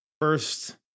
First